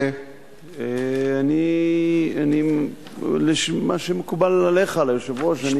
מה שמקובל עליך, על היושב-ראש.